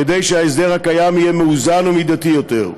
כדי שההסדר הקיים יהיה מאוזן ומידתי יותר.